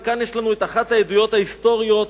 וכאן יש לנו אחת העדויות ההיסטוריות: